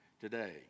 today